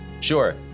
Sure